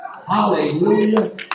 Hallelujah